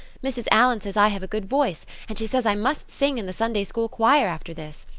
mrs. allan says i have a good voice and she says i must sing in the sunday-school choir after this.